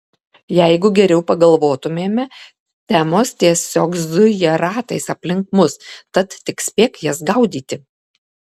jeigu geriau pagalvotumėme temos tiesiog zuja ratais aplink mus tad tik spėk jas gaudyti